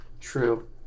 True